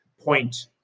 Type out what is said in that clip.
point